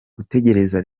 gutegereza